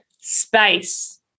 space